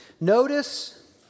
notice